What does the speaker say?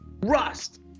Rust